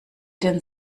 denn